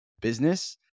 business